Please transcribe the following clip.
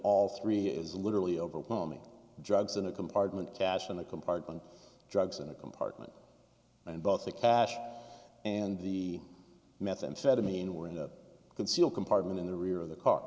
all three is literally overwhelming drugs in a compartment cash in the compartment drugs in a compartment and both the cash and the methamphetamine were in the conceal compartment in the rear of the car